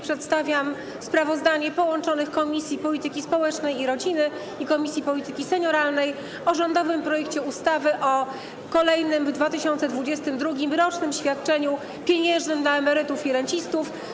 Przedstawiam sprawozdanie połączonych Komisji Polityki Społecznej i Rodziny oraz Komisji Polityki Senioralnej o rządowym projekcie ustawy o kolejnym w 2022 r. dodatkowym rocznym świadczeniu pieniężnym dla emerytów i rencistów.